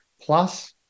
plus